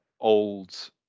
old